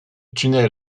tunnel